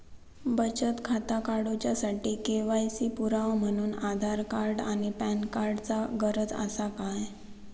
बचत खाता काडुच्या साठी के.वाय.सी पुरावो म्हणून आधार आणि पॅन कार्ड चा गरज आसा काय?